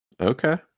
Okay